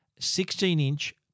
16-inch